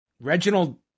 Reginald